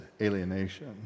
alienation